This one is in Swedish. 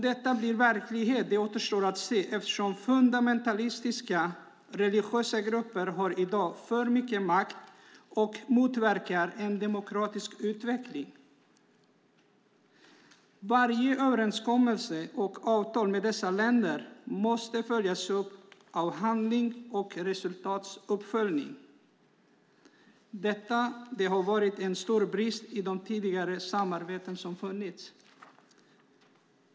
Det återstår att se om detta blir verklighet eftersom fundamentalistiska religiösa grupper i dag har för mycket makt och motverkar en demokratisk utveckling. Varje överenskommelse och avtal med dessa länder måste följas upp av handling och resultatuppföljning. Det har varit en stor brist i de tidigare samarbeten som har funnits.